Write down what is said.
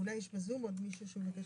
אולי יש בזום מי שמבקש